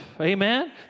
Amen